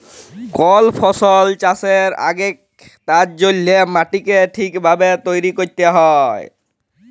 call ফসল চাষের আগেক তার জল্যে মাটিকে ঠিক ভাবে তৈরী ক্যরতে হ্যয়